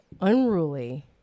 unruly